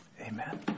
Amen